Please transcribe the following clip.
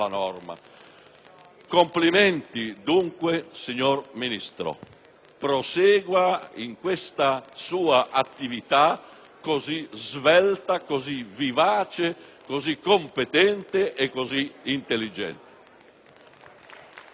Complimenti dunque, signor Ministro. Prosegua in questa sua attività così svelta, così vivace, così competente e intelligente.